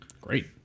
great